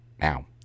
now